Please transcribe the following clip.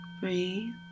Breathe